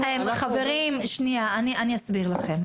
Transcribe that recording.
חברים, אני אסביר לכם.